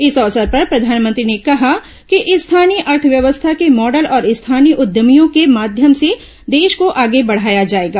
इस अवसर पर प्रधानमंत्री ने कहा कि स्थानीय अर्थव्यवस्था के मॉडल और स्थानीय उद्यमियों के माध्यम से देश को आगे बढाया जाएगा